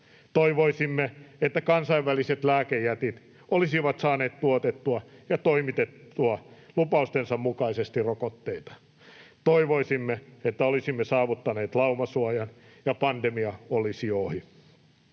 Toivoisimme, että kansainväliset lääkejätit olisivat saaneet tuotettua ja toimitettua lupaustensa mukaisesti rokotteita. Toivoisimme, että olisimme saavuttaneet laumasuojan ja pandemia olisi jo ohi.